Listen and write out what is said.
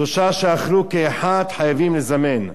אז כתוב במשנה: שלושה שאכלו כאחד חייבים לזמן.